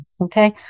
okay